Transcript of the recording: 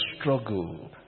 struggle